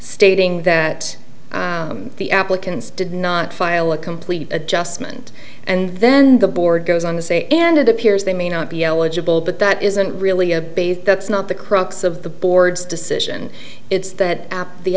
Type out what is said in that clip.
stating that the applicants did not file a complete adjustment and then the board goes on to say and it appears they may not be eligible but that isn't really a base that's not the crux of the board's decision it's that the